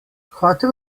hotel